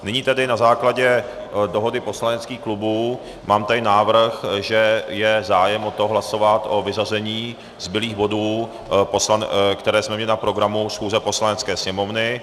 Nyní tedy na základě dohody poslaneckých klubů mám tady návrh, že je zájem o to hlasovat o vyřazení zbylých bodů, které jsme měli na programu schůze Poslanecké sněmovny.